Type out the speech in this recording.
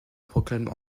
proclame